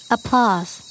Applause